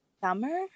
summer